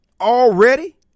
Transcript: already